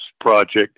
project